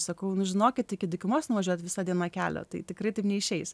sakau nu žinokit iki dykumos nuvažiuot visa diena kelio tai tikrai taip neišeis